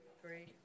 three